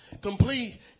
Complete